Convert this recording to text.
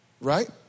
right